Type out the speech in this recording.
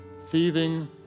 thieving